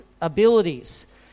abilities